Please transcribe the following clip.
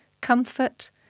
comfort